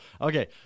Okay